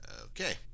okay